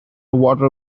water